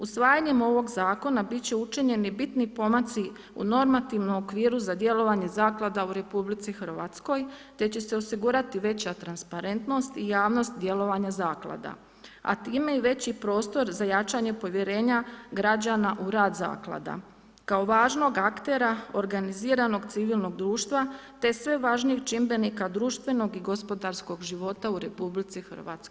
Usvajanjem ovog zakona bit će učinjeni bitni pomaci u normativnom okviru za djelovanje zaklada u RH te će se osigurati veća transparentnost i javnost djelovanja zaklada, a time i veći prostor za jačanje povjerenja građana u rad zaklada kao važnog aktera organiziranog civilnog društva te sve važnijih čimbenika društvenog i gospodarskog života u RH.